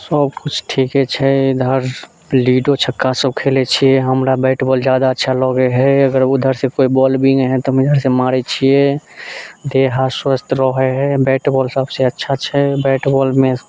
सब किछु ठीके छै इधर लुडो छक्का सब खेलैत छियै हम हमरा बैट बॉल जादा अच्छा लगे हय अगर उधर से कोइ बॉल बिगय हय तऽ हम इधर से मारैत छियै देह हाथ स्वस्थ रहैत हय बैट बॉल सबसे अच्छा छै बैट बॉलमे